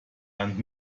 land